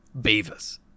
Beavers